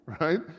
Right